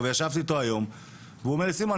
ישבתי אתו היום והוא אומר לי: סימון,